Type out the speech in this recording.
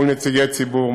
מול נציגי ציבור,